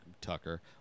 tucker